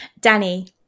Danny